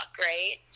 right